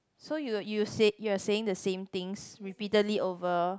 so you will you will said you are saying the same things repeatedly over